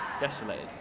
Desolated